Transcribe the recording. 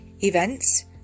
events